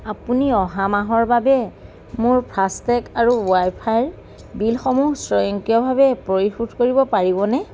আপুনি অহা মাহৰ বাবে মোৰ ফাষ্টেগ আৰু ৱাইফাইৰ বিলসমূহ স্বয়ংক্ৰিয়ভাৱে পৰিশোধ কৰিব পাৰিবনে